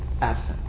absence